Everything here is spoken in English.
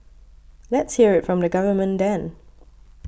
let's hear it from the government then